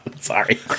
Sorry